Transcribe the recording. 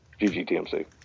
GGTMC